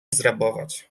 zrabować